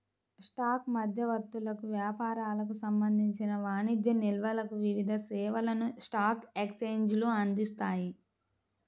stock మధ్యవర్తులకు, వ్యాపారులకు సంబంధించిన వాణిజ్య నిల్వలకు వివిధ సేవలను స్టాక్ ఎక్స్చేంజ్లు అందిస్తాయి